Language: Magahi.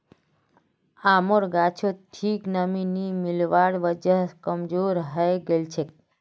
आमेर गाछोत ठीक नमीं नी मिलवार वजह कमजोर हैं गेलछेक